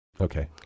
Okay